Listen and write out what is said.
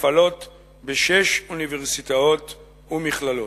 מופעלות בשש אוניברסיטאות ומכללות.